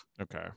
Okay